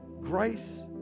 Grace